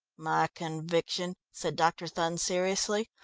my conviction, said dr. thun seriously,